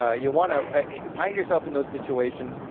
ah you want to find yourself in those situations.